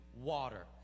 water